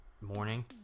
Morning